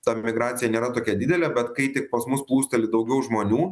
ta migracija nėra tokia didelė bet kai tik pas mus plūsteli daugiau žmonių